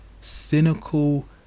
cynical